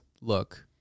look